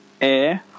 air